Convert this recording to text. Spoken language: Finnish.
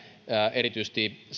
erityisesti